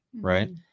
right